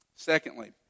Secondly